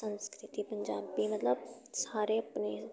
संस्कृत हिंदी पंजाबी मतलब सारे अपने